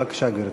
בבקשה, גברתי.